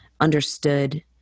understood